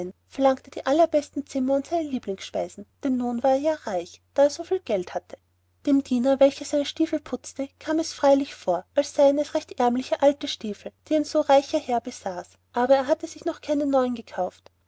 verlangte die allerbesten zimmer und seine lieblingsspeisen denn nun war er ja reich da er so viel geld hatte dem diener welcher seine stiefel putzen sollte kam es freilich vor als seien es recht jämmerliche alte stiefel die ein so reicher herr besaß aber er hatte sich noch keine neuen gekauft